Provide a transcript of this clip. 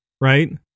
right